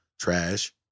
Trash